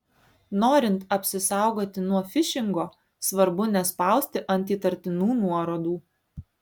norint apsisaugoti nuo fišingo svarbu nespausti ant įtartinų nuorodų